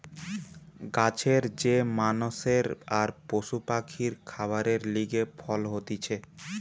গাছের যে মানষের আর পশু পাখির খাবারের লিগে ফল হতিছে